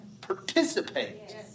participate